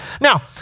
Now